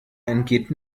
entgeht